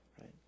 right